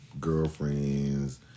Girlfriends